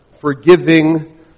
forgiving